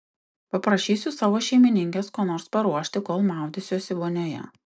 paprašysiu savo šeimininkės ko nors paruošti kol maudysiuosi vonioje